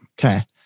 Okay